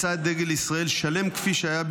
מצא את דגל ישראל שלם כפי שהיה,